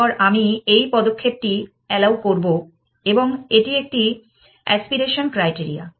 তারপর আমি এই পদক্ষেপটি অ্যালাউ করবো এবং এটি একটি এ্যাস্পিরেশন ক্রাইটেরিয়া